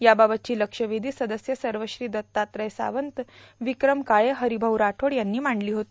याबाबतची लक्षवेधी सदस्य सवश्री दत्तात्रय सावंत विक्रम काळे हररभाऊ राठोड यांनी मांडलो होती